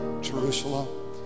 Jerusalem